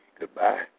Goodbye